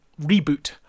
reboot